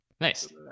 Nice